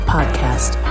Podcast